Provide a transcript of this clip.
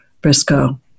Briscoe